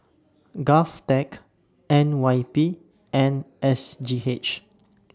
Govtech N Y P and S G H